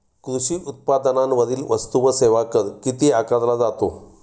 कृषी उत्पादनांवरील वस्तू व सेवा कर किती आकारला जातो?